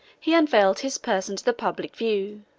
he unveiled his person to the public view